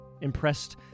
impressed